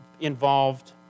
involved